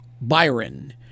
Byron